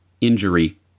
injury